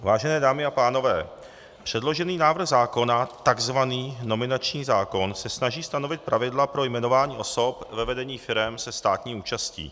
Vážené dámy a pánové, předložený návrh zákona, tzv. nominační zákon, se snaží stanovit pravidla pro jmenování osob ve vedení firem se státní účastí.